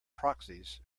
proxies